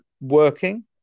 working